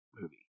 movie